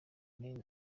men